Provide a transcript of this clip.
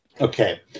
Okay